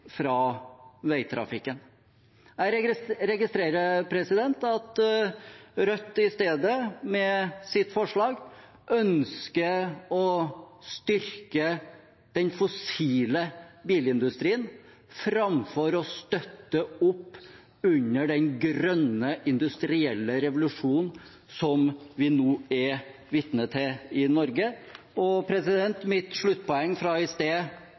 fra veitrafikken. Jeg registrerer at Rødt i stedet, med sitt forslag, ønsker å styrke den fossile bilindustrien framfor å støtte opp under den grønne industrielle revolusjonen som vi nå er vitne til i Norge. Mitt sluttpoeng fra i sted